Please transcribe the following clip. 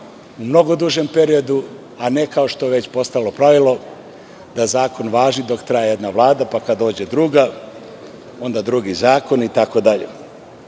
u mnogo dužem periodu, a ne kao što već postalo pravilo da zakon važi dok traje jedna Vlada, pa kada dođe druga onda drugi zakoni itd.